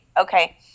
Okay